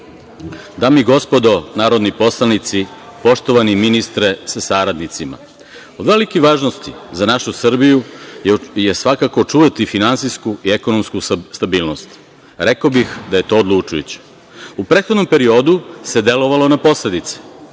i gospodo narodni poslanici, poštovani ministre sa saradnicima, od velike važnosti za našu Srbiju je svakako očuvati finansijsku i ekonomsku stabilnost. Rekao bih da je to odlučujuće.U prethodnom periodu se delovalo na posledice,